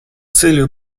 целью